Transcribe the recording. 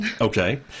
Okay